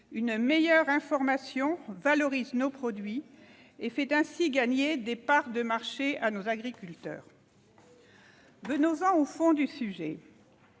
Une meilleure information valorise nos produits et fait ainsi gagner des parts de marché à nos agriculteurs. Venons-en au fond du sujet.